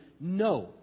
No